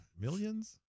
Millions